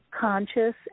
conscious